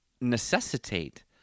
necessitate